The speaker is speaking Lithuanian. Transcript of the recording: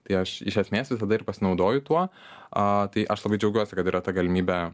tai aš iš esmės visada pasinaudoju tuo tai aš labai džiaugiuosi kad yra tą galimybė